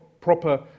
proper